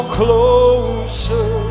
closer